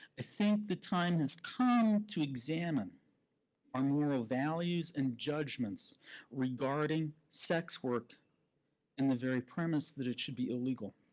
think the time has come to examine our moral values and judgments regarding sex work and the very premise that it should be illegal.